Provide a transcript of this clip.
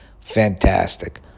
Fantastic